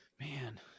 man